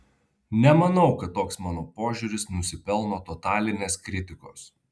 nemanau kad toks mano požiūris nusipelno totalinės kritikos